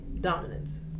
dominance